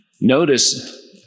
Notice